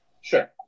Sure